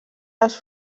les